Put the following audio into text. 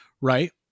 right